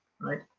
right